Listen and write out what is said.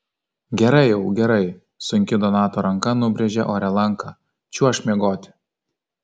gerai jau gerai sunki donato ranka nubrėžė ore lanką čiuožk miegoti